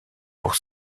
pour